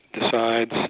decides